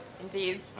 Indeed